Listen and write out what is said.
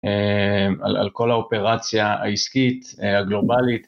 על כל האופרציה העסקית, הגלובלית...